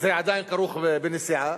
זה עדיין כרוך בנסיעה,